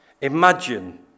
Imagine